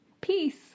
Peace